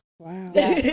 Wow